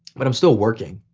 but i'm still working.